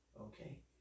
Okay